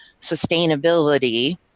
sustainability